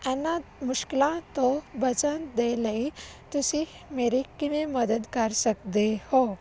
ਇਨ੍ਹਾਂ ਮੁਸ਼ਕਿਲਾਂ ਤੋਂ ਬਚਣ ਦੇ ਲਈ ਤੁਸੀਂ ਮੇਰੀ ਕਿਵੇਂ ਮਦਦ ਕਰ ਸਕਦੇ ਹੋ